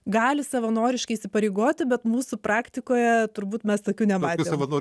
gali savanoriškai įsipareigoti bet mūsų praktikoje turbūt mes tokių nematėm